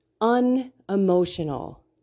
unemotional